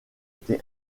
été